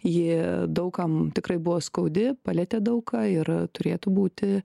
ji daug kam tikrai buvo skaudi palietė daug ką ir turėtų būti